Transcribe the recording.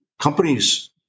companies